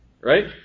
Right